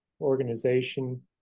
organization